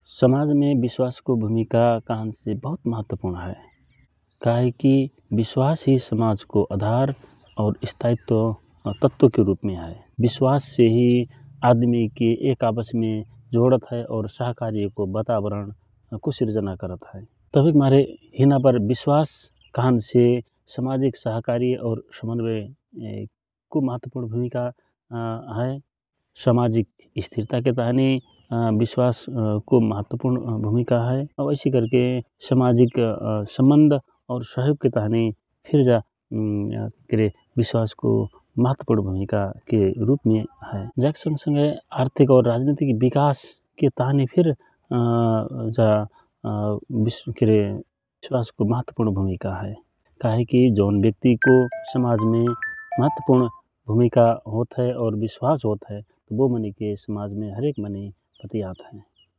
समाजमे विश्वास भूमिका कहन से बहुत महत्वपूर्ण हए । का हे की विश्वास ही समाज को उदार और स्थायित्व तत्व के रूप में हए। विश्वास से ही आदमी के एक आपस में जोड़ता हए और सहकार्य को बतावरण को सृजना करत हए । तभीक मारे ही न पर विश्वास काम से सामाजिक, सहकारी और समन्वय को महत्वपुर्ण भुमिका हए। सामाजिक स्थिरता के ताँहनी विश्वास को महत्वपूर्ण भूमिका हए और ऐसी करके सामाजिक संबन्ध और सहयोग के ताँहनि फिर जा केरे विश्वास को महत्वपूर्ण भूमिका के रूप में हए। जा के संग संगय आर्थिक और राजनीतिक विकास के ताहनि फिर जा के रे विश्वसको महत्वपूर्ण भूमिका हए। काहेकी जौन व्यक्ति को समाज में महत्वपूर्ण भूमिका होत हए और विश्वास होता हए बो मनइ के समाज में हरेक मनइ पतियात हए ।